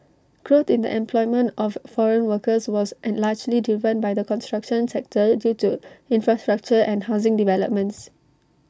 growth in the employment of foreign workers was in largely driven by the construction sector due to infrastructure and housing developments